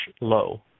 low